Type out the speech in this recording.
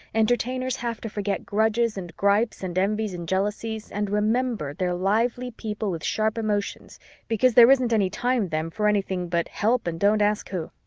entertainers have to forget grudges and gripes and envies and jealousies and remember, they're lively people with sharp emotions because there isn't any time then for anything but help and don't ask who!